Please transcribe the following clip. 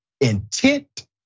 intent